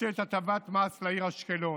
לתת הטבת מס לעיר אשקלון,